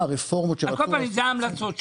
כל פנים, אלה ההמלצות שלך.